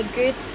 good